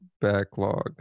backlog